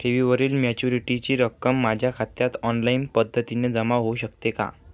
ठेवीवरील मॅच्युरिटीची रक्कम माझ्या खात्यात ऑनलाईन पद्धतीने जमा होऊ शकते का?